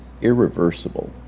irreversible